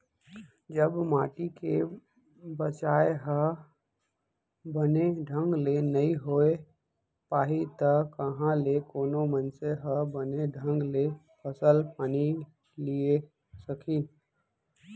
जब माटी के बचाय ह बने ढंग ले नइ होय पाही त कहॉं ले कोनो मनसे ह बने ढंग ले फसल पानी लिये सकही